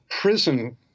prison